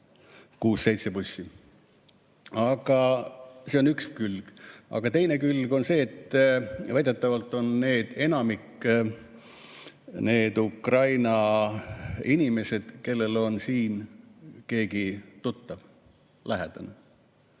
bussi. See on üks külg. Aga teine külg on see, et väidetavalt on enamik need Ukraina inimesed, kellel on siin keegi tuttav, lähedane.